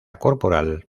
corporal